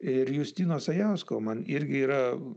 ir justino sajausko man irgi yra